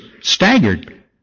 staggered